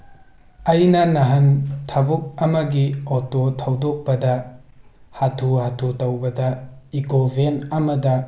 ꯑꯩꯅ ꯉꯍꯥꯟ ꯊꯕꯛ ꯑꯃꯒꯤ ꯑꯣꯇꯣ ꯊꯧꯗꯣꯛꯄꯗ ꯍꯥꯊꯨ ꯍꯥꯊꯨ ꯇꯧꯕꯗ ꯏꯀꯣ ꯚꯦꯟ ꯑꯃꯗ